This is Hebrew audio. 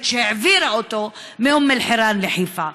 שהעבירה אותו מאום אל-חיראן לחיפה.